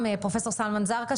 פרופ' סלמאן זרקא,